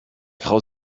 frau